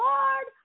Lord